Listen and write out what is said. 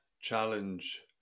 challenge